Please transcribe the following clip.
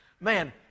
Man